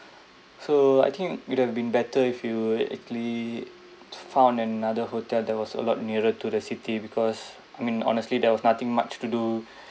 so I think it'd have been better if you actually found another hotel there was a lot nearer to the city because I mean honestly there was nothing much to do